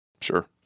Sure